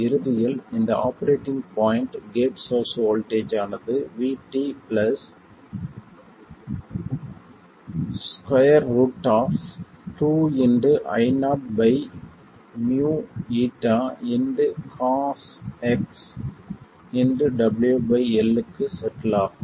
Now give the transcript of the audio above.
இறுதியில் இந்த operating point gate source voltage ஆனது VT 2 2Io µnCoxWL க்கு செட்டில் ஆகும்